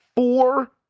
Four